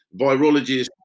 virologists